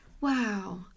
Wow